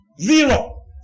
Zero